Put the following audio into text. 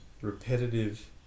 repetitive